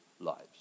lives